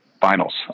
finals